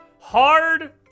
Hard